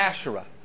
Asherah